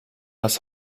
das